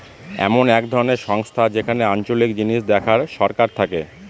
এমন এক ধরনের সংস্থা যেখানে আঞ্চলিক জিনিস দেখার সরকার থাকে